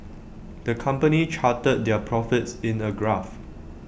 the company charted their profits in A graph